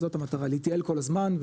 זאת המטרה להתייעל כל הזמן,